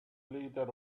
leader